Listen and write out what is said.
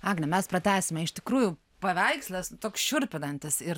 agne mes pratęsime iš tikrųjų paveikslas toks šiurpinantis ir